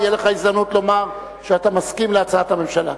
תהיה לך הזדמנות לומר שאתה מסכים להצעת הממשלה.